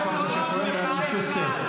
אורית פרקש הכהן ואלון שוסטר.